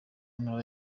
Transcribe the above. ntara